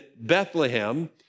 Bethlehem